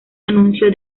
anuncio